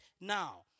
now